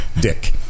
Dick